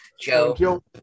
Joe